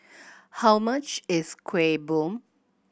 how much is Kueh Bom